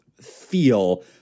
feel